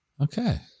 Okay